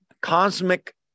cosmic